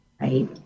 right